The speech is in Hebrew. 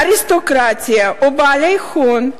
האריסטוקרטיה או בעלי הון,